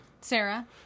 Sarah